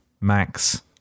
Max